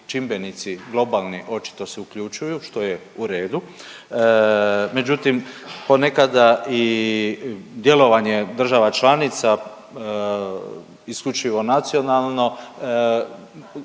čimbenici globalni očito se uključuju što je u redu. Međutim ponekada i djelovanje država članica isključivo nacionalno